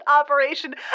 Operation